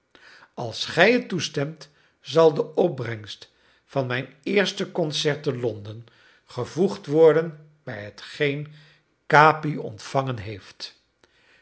als gij het toestemt zal de opbrengst van mijn eerste concert te londen gevoegd worden bij hetgeen capi ontvangen heeft